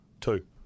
Two